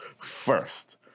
first